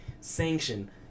Sanction